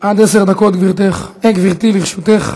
עד עשר דקות, גברתי, לרשותך.